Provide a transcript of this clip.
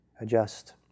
adjust